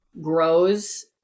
grows